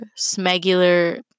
smegular